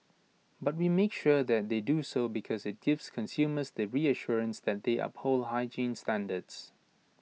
but we make sure that they do so because IT gives consumers the reassurance that they uphold hygiene standards